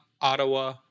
Ottawa